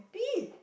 happy